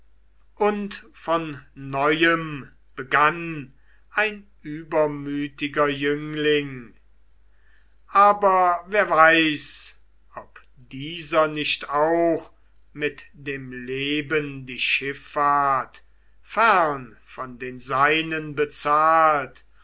und von neuem begann ein übermütiger jüngling aber wer weiß ob dieser nicht auch mit dem leben die schiffahrt fern von den seinen bezahlt